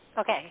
Okay